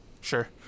Sure